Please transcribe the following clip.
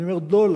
אני אומר דולר,